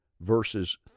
verses